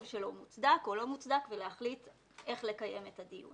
שלו מוצדק או לא מוצדק ולהחליט איך לקיים את הדיון.